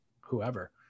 whoever